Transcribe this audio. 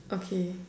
okay